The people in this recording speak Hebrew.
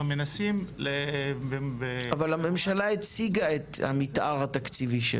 מנסים --- אבל הממשלה הציגה את המתאר התקציבי שלה.